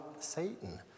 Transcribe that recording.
Satan